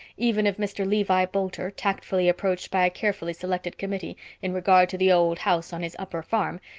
even if mr. levi boulter, tactfully approached by a carefully selected committee in regard to the old house on his upper farm,